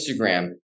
Instagram